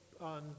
on